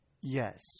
Yes